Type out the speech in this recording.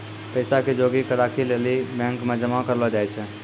पैसा के जोगी क राखै लेली बैंक मे जमा करलो जाय छै